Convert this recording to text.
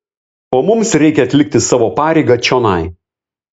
o mums reikia atlikti savo pareigą čionai